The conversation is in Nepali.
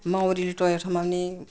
मौरीले टोकेको ठाउँमा नि